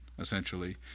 essentially